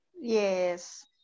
Yes